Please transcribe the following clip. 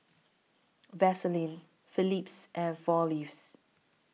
Vaseline Phillips and four Leaves